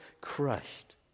crushed